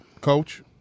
Coach